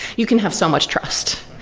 you can have so much trust.